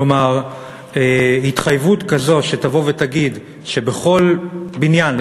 כלומר התחייבות שתבוא ותגיד שבכל בניין,